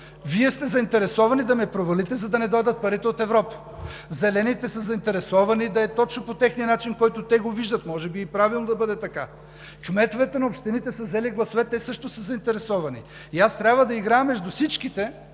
Вие сте заинтересовани да ме провалите, за да не дойдат парите от Европа. Зелените са заинтересовани да е точно по техния начин, по който те го виждат – може би е правилно да бъде така. Кметовете на общините са взели гласове – те също са заинтересовани. И аз трябва да играя между всичките,